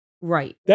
Right